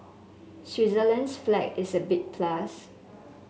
Switzerland's flag is a big plus